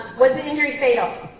was the injury fatal?